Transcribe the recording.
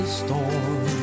storm